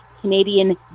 Canadian